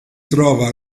trova